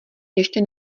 ještě